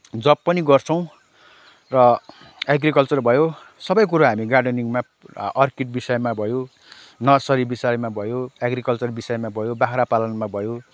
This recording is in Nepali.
जब पनि गर्छौँ र एग्रिकल्चर भयो सबै कुरा हामी गार्डेनिङमा अर्किड विषयमा भयो नर्सरी विषयमा भयो एग्रिकल्चर विषयमा भयो बाख्रापालनमा भयो